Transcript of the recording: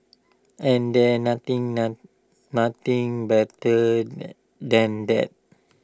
and there's nothing noun nothing better than that